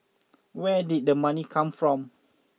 where did the money come from